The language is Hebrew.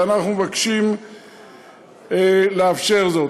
ואנחנו מבקשים לאפשר זאת.